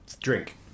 drink